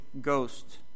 Ghost